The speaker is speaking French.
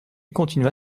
continua